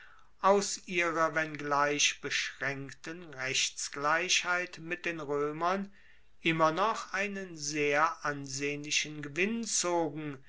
aus ihrer wenngleich beschraenkten rechtsgleichheit mit den roemern immer noch einen sehr ansehnlichen gewinn zogen